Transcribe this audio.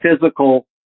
physical